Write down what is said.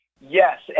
Yes